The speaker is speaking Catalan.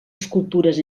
escultures